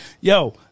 Yo